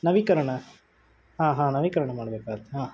ನವೀಕರಣ ಹಾಂ ಹಾಂ ನವೀಕರಣ ಮಾಡ್ಬೇಕಾಗ್ತೆ ಹಾಂ ಹಾಂ